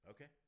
Okay